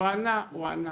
הוא ענה.